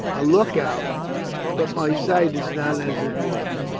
a look-out! but my sight is not as it was.